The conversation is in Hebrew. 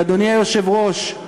אדוני היושב-ראש,